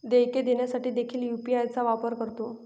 देयके देण्यासाठी देखील यू.पी.आय चा वापर करतो